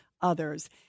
others